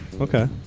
Okay